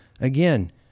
again